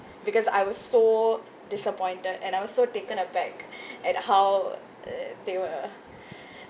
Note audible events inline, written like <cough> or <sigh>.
because I was so disappointed and I was so taken aback <breath> at how uh they were <breath>